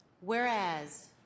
Whereas